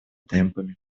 темпами